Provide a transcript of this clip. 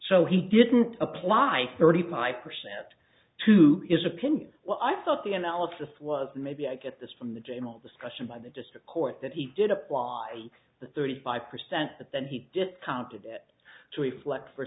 so he didn't apply thirty five percent to his opinion well i thought the analysis was maybe i get this from the general discussion by the district court that he did apply the thirty five percent but then he discounted it to reflect for